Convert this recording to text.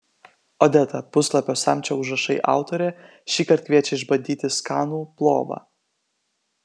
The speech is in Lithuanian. odeta puslapio samčio užrašai autorė šįkart kviečia išbandyti skanų plovą